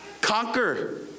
Conquer